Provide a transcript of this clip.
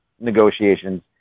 Negotiations